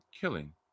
killing